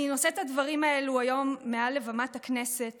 אני נושאת את הדברים האלו היום מעל במת הכנסת